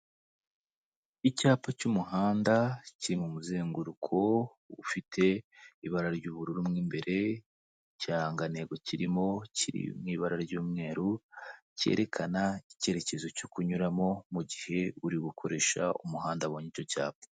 Icyapa cy'umuhanda kiri mu muzenguruko ufite ibara ry'ubururu mo imbere, ikirangantego kirimo kiri mu ibara ry'umweru, cyerekana icyerekezo cyo kunyuramo mu gihe uri gukoresha umuhanda abonye icyo cyapa.